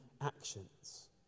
actions